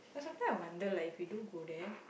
but some time I wonder like if we do go there